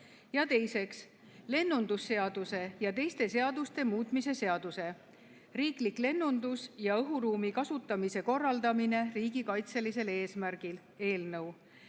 ja teiseks lennundusseaduse ja teiste seaduste muutmise seaduse (riiklik lennundus ja õhuruumi kasutamise korraldamine riigikaitselisel eesmärgil) eelnõu,